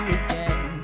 again